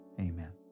amen